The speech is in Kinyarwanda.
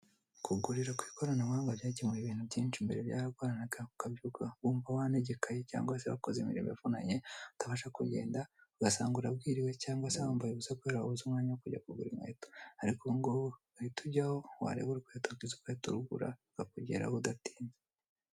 Kugurira ku ikoranabuhanga byakemuye ibintu byinshi, mbere byaragoranaga ukabyuka wumva wanegekaye cyangwa se wakoze imirimo ivunanye utabasha kugenda, ugasanga urabwiriwe cyangwa se wambaye ubusa kubera wabuze umwanya wo kugura inkweto, ariko ubu ngubu uhita ujyaho, wareba urukweto rwiza ugahita urugura rukakugeraho udatinze.